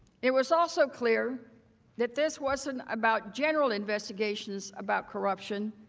it was also clear that this wasn't about general investigations about corruption.